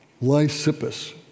Lysippus